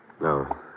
No